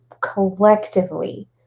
collectively